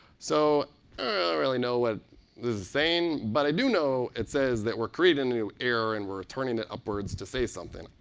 so really know what this is saying, but i do know it says that we're creating a new error. and we're turning it upwards to say something. ah,